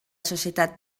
societat